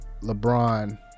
LeBron